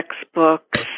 textbooks